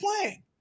playing